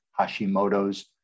Hashimoto's